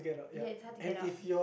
yeah it's hard to get out